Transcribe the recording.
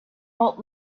old